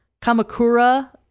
Kamakura